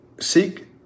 seek